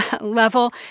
level